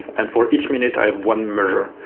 and for each minute, i have one measure.